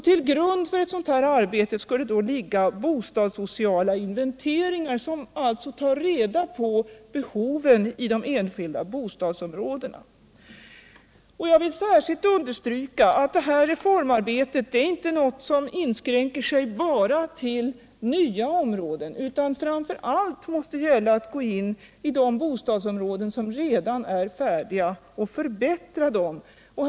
Till grund för ett sådant arbete skulle då ligga bostadssociala inventeringar som tar reda på behoven i de enskilda bostadsområdena. Jag vill särskilt understryka att detta reformarbete inte är något som bara inskränker sig till nya områden utan som framför allt måste gälla de bostadsområden som redan är färdiga och skall förbätras.